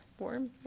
warm